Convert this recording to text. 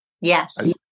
Yes